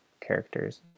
characters